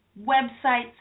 websites